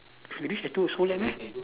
we reach at two so late meh